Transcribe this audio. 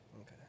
Okay